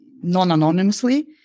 non-anonymously